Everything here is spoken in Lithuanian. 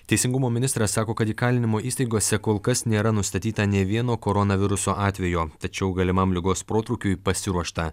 teisingumo ministras sako kad įkalinimo įstaigose kol kas nėra nustatyta nė vieno koronaviruso atvejo tačiau galimam ligos protrūkiui pasiruošta